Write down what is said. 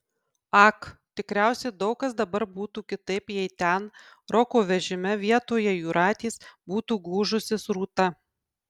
ak tikriausiai daug kas dabar būtų kitaip jei ten roko vežime vietoje jūratės būtų gūžusis rūta